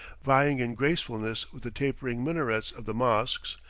vying in gracefulness with the tapering minarets of the mosques,